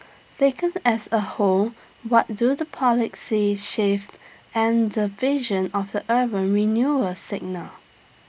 taken as A whole what do the policy shifts and the vision of the urban renewal signal